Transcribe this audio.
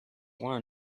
learned